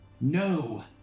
No